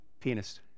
Pianist